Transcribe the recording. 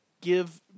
give